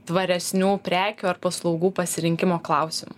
tvaresnių prekių ar paslaugų pasirinkimo klausimu